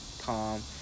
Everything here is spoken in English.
calm